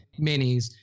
minis